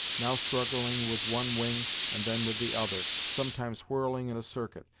now struggling with one wing and then with the other, sometimes whirling in a circuit,